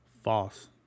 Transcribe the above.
False